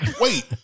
wait